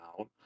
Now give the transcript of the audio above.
out